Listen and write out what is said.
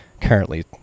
currently